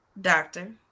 doctor